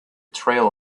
trail